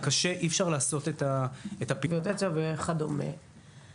אי אפשר לעשות את הפילוח אצלנו כי פעמים רבות המשטרה מגיעה עם